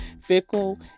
fickle